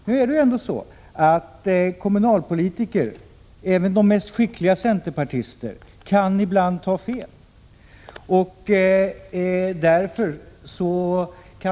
Nu är det så att kommunalpolitiker — även de mest skickliga centerpartister — kan ha fel ibland.